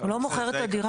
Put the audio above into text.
הוא לא מוכר את הדירה.